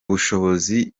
ubushobozi